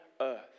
earth